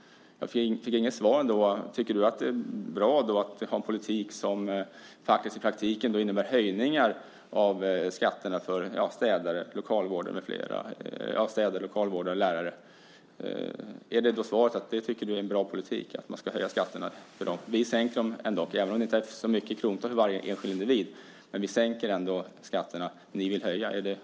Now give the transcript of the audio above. Jag fick inget svar. Tycker du att det är bra att ha en politik som faktiskt i praktiken innebär höjningar av skatterna för städare, lokalvårdare, lärare? Är svaret att du tycker att det är en bra politik att man ska höja skatterna för dem? Vi sänker dem, även om det inte är så mycket i krontal för varje enskild individ. Men vi sänker ändå skatterna. Ni vill höja. Är det bra?